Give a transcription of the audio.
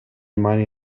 mani